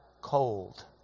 cold